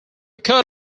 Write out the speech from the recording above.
coat